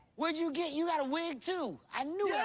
where'd you get you got a wig, too. i knew it.